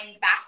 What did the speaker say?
back